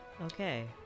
Okay